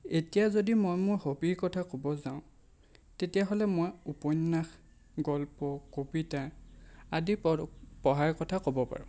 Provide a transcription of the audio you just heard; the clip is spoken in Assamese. এতিয়া যদি মই মোৰ হবিৰ কথা ক'ব যাওঁ তেতিয়াহ'লে মই উপন্যাস গল্প কবিতা আদি পৰ পঢ়াৰ কথা ক'ব পাৰোঁ